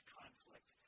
conflict